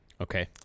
Okay